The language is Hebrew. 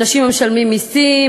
אנשים המשלמים מסים,